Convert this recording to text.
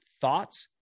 thoughts